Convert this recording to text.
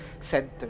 center